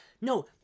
No